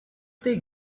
they